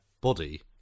body